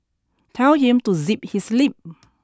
tell him to zip his lip